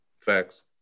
Facts